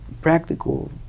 practical